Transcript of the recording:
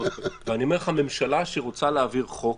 ואני אומר לך: ממשלה שרוצה להעביר חוק,